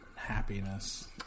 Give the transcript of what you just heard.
Happiness